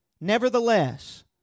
nevertheless